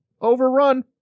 overrun